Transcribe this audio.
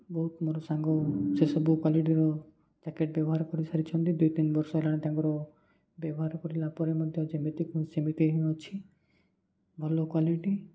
ବହୁତ ମୋର ସାଙ୍ଗ ସେସବୁ କ୍ଵାଲିଟିର ଜ୍ୟାକେଟ୍ ବ୍ୟବହାର କରିସାରିଛନ୍ତି ଦୁଇ ତିନି ବର୍ଷ ହେଲାଣି ତାଙ୍କର ବ୍ୟବହାର କରିଲା ପରେ ମଧ୍ୟ ଯେମିତି କୁ ସେମିତି ହିଁ ଅଛି ଭଲ କ୍ଵାଲିଟି